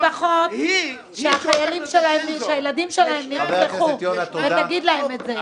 תדבר עם המשפחות שהילדים שלהן נרצחו ותגיד להן את זה.